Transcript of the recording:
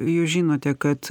jūs žinote kad